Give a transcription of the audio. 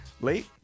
Late